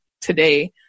today